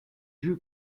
joue